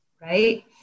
right